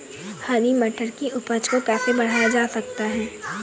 हरी मटर की उपज को कैसे बढ़ाया जा सकता है?